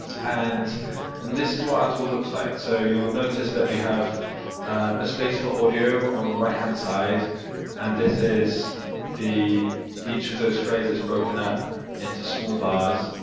and and this is what our tool looks like so you'll notice that we have a space for audio on the right-hand side and this is the each of those phrases broken up into small bars,